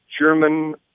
German